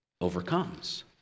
overcomes